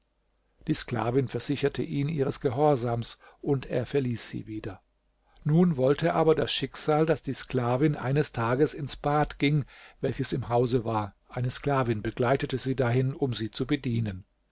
die sklavin versicherte ihn ihres gehorsams und er verließ sie wieder nun wollte aber das schicksal daß die sklavin eines tages ins bad ging welches im hause war eine sklavin begleitete sie dahin um sie zu bedienen